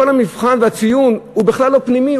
כל המבחן והציון הוא בכלל לא פנימי,